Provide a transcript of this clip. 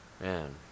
Man